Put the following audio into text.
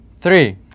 three